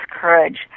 Courage